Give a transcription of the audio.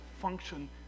function